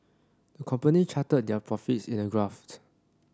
company charted their profits in a graph